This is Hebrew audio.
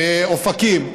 באופקים,